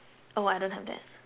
oh I don't have that